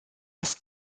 das